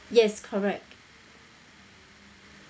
yes correct